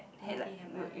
anything happen